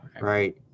right